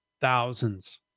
thousands